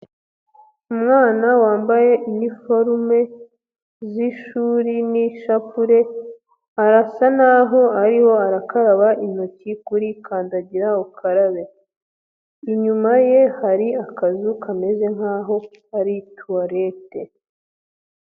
Umwana wambaye iniforume z'ishuri n'ishapule, arasa n'aho ariho arakaraba intoki kuri kandagira ukarabe, inyuma ye hari akazu kameze nk'aho ari tuwalete.